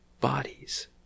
bodies